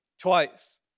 Twice